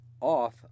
off